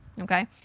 okay